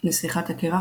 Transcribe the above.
"נסיכת הקרח",